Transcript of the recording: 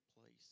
place